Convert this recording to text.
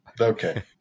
Okay